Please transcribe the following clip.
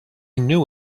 knew